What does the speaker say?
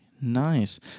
Nice